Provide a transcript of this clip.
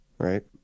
right